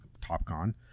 Topcon